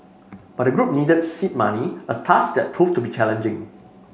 but the group needed seed money a task that proved to be challenging